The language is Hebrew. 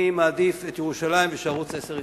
אני מעדיף את ירושלים ושערוץ-10 ייסגר.